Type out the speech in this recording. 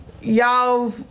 y'all